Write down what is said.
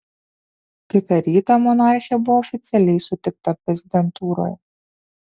kitą rytą monarchė buvo oficialiai sutikta prezidentūroje